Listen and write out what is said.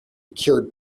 cured